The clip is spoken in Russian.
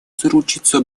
заручиться